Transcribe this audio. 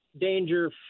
danger